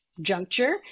juncture